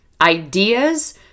Ideas